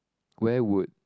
where would